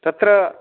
तत्र